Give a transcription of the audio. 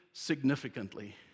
significantly